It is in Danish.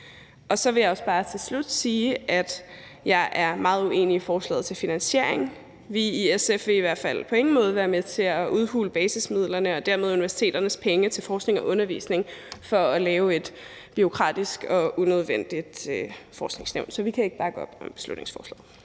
Så vil jeg bare til slut sige, at jeg også er meget uenig i forslaget til finansiering. Vi vil i SF i hvert fald på ingen måde være med til at udhule basismidlerne og dermed universiteternes penge til forskning og undervisning for at lave et bureaukratisk og unødvendigt forskningsnævn. Så vi kan ikke bakke op om beslutningsforslaget.